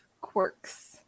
Quirks